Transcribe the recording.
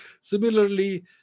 Similarly